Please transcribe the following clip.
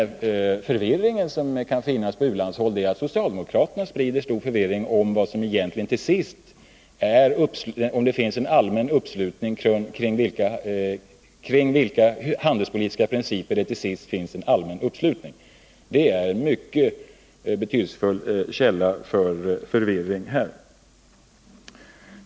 En anledning till den förvirringen är att socialdemokraterna sprider stor förvirring om vilka handelspolitiska principer som det finns en allmän uppslutning kring. Det är en mycket betydelsefull källa till förvirring.